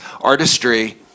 artistry